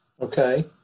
Okay